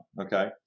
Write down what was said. Okay